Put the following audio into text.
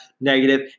negative